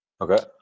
okay